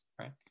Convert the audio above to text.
Right